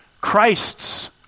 Christ's